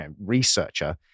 researcher